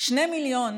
שני מיליון